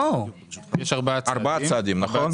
יש ארבעה צעדים, נכון?